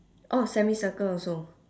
oh semicircle also